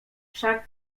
wszak